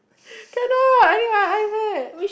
cannot I need my iPad